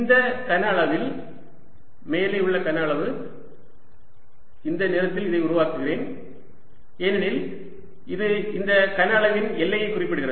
இந்த கனஅளவில் மேலே உள்ள கனஅளவு இந்த நிறத்தில் அதை உருவாக்குகிறேன் ஏனெனில் இது இந்த கனஅளவின் எல்லையை குறிப்பிடுகிறது